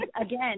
again